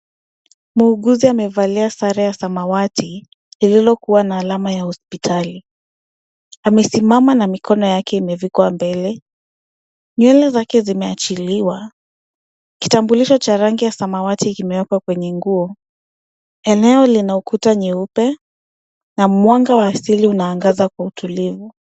Muuguzi amevalia sare ya samawati lililokuwa na alama ya hosipitali. Amesimama na mikono yake imevikwa mbele. Nywele zake zimeachiliwa. Kitambulisho cha rangi ya samawati kimewekwa kwenye nguo. Eneo lina ukuta nyeupe na mwanga wa asili una angaza kwa utulivu.